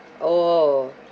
oh